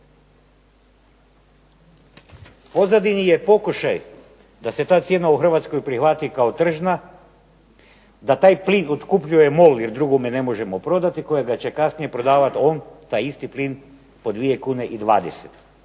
pozadini je pokušaj da se ta cijena u Hrvatskoj prihvati kao tržna, da taj plin otkupljuje MOL jer drugome ne možemo prodati kojega će poslije prodavati taj isti plin po 2,20 do